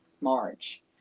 March